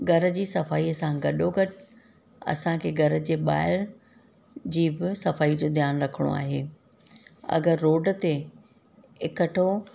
घर जी सफ़ाईअ सां गॾो गॾ असांखे घर जे ॿाहिरि जी बि सफ़ाई जो ध्यानु रखिणो आहे अगरि रोड ते इकठो